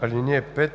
5, т.